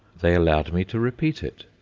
they allowed me to repeat it.